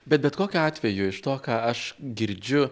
bet bet kokiu atveju iš to ką aš girdžiu